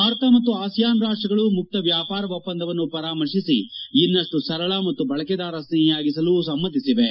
ಭಾರತ ಮತ್ತು ಆಸಿಯಾನ್ ರಾಷ್ಷಗಳು ಮುಕ್ತ ವ್ಯಾಪಾರ ಒಪ್ಪಂದವನ್ನು ಪರಾಮರ್ಶಿಸಿ ಇನ್ನಷ್ಟು ಸರಳ ಮತ್ತು ಬಳಕೆದಾರ ಸ್ನೇಹಿಯಾಗಿಸಲು ಸಮ್ನತಿಸಿವೆ